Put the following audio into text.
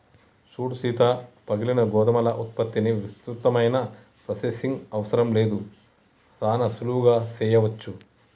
సూడు సీత పగిలిన గోధుమల ఉత్పత్తికి విస్తృతమైన ప్రొసెసింగ్ అవసరం లేదు సానా సులువుగా సెయ్యవచ్చు